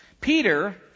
Peter